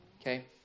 Okay